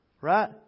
Right